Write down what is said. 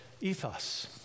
ethos